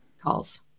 calls